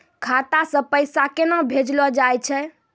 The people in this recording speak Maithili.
खाता से पैसा केना भेजलो जाय छै?